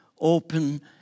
open